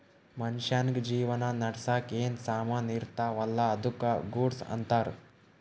ಮನ್ಶ್ಯಾಗ್ ಜೀವನ ನಡ್ಸಾಕ್ ಏನ್ ಸಾಮಾನ್ ಇರ್ತಾವ ಅಲ್ಲಾ ಅದ್ದುಕ ಗೂಡ್ಸ್ ಅಂತಾರ್